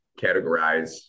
categorize